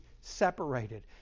separated